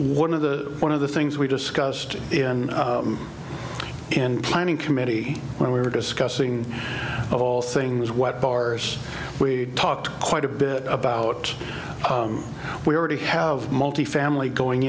one of the one of the things we discussed in and planning committee when we were discussing of all things what bars we talked quite a bit about we already have multi family going